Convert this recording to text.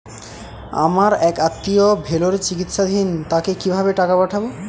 আমার এক আত্মীয় ভেলোরে চিকিৎসাধীন তাকে কি ভাবে টাকা পাঠাবো?